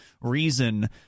Reason